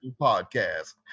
podcast